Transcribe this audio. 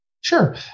Sure